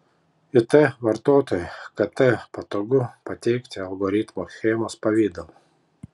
it vartotojui kt patogu pateikti algoritmo schemos pavidalu